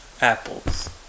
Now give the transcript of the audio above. apples